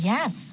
Yes